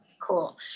Cool